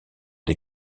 des